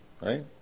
right